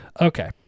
Okay